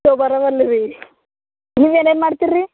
ನಾವು ಬರವಲ್ಲಿ ರೀ ನೀವು ಏನೇನು ಮಾಡ್ತೀರ ರೀ